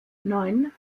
neun